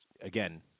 again